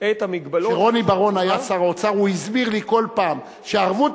את המגבלות שיש על תרומה, כשרוני